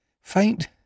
faint